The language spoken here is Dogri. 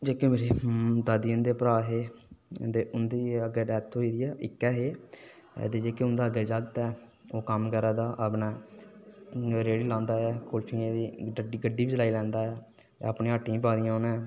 जेह्के मेरे दादी हुंदे भ्रा हे ते हुंदी अग्गै डैत्थ होई दी ऐ इक्कै हे ते जेहके उंदै अग्गै जाक्त ऐ ओह् कम्म करा दा अपनै रेड़ी लांदा कुल्चैं दी गड्डी बी चलाई लैंदा ऐ अपनी हट्टियां बी पाई दी उन्नै